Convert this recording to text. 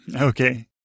okay